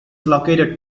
located